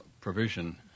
provision